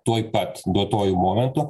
tuoj pat duotuoju momentu